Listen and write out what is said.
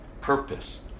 Purpose